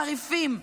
וחריפים.